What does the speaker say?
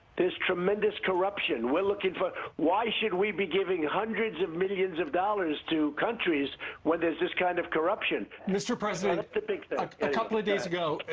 tremendous corruption. we're looking for why should we be giving hundreds of millions of dollars to countries when there's this kind of corruption? mr. president a couple of days ago,